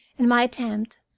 and my attempt,